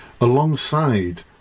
alongside